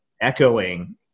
echoing